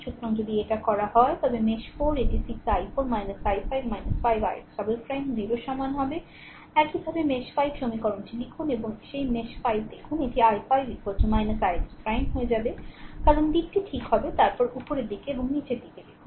সুতরাং যদি এটি করা হয় তবে মেশ 4 এটি 6 i4 i5 5 ix 0 এর সমান হবে একইভাবে মেশ 5 সমীকরণটি লিখুন এবং সেই মেশ 5 দেখুন এটি i5 ix হয়ে যাবে কারণ দিকটি ঠিক হবে উপরের দিকে এবং নীচে দেখুন